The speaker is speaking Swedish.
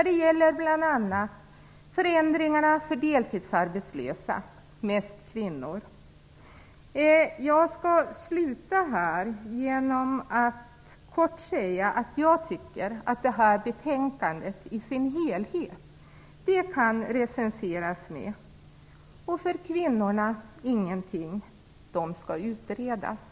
Det gäller bl.a. förändringarna för deltidsarbetslösa, mest kvinnor. Jag skall sluta här genom att kort säga att jag tycker att det här betänkandet i sin helhet kan recenseras med: Och för kvinnorna ingenting, de skall utredas. Tack.